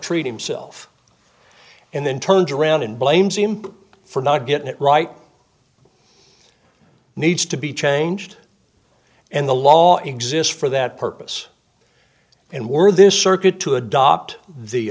treat himself and then turns around and blames him for not getting it right needs to be changed and the law exists for that purpose and we're this circuit to adopt the